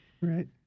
Right